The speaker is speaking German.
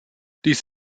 dies